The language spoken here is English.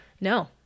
No